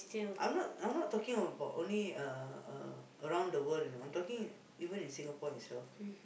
I'm not I'm not talking about only uh uh around the world you know I'm talking even in Singapore itself